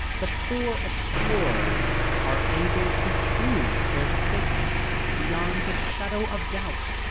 the four explorers are able to prove their statements beyond the shadow of doubt.